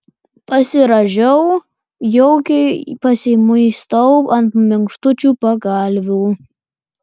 pasirąžau jaukiai pasimuistau ant minkštučių pagalvių